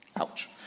Ouch